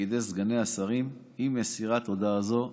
לתפקידי סגני השרים עם מסירת הודעה זו.